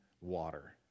water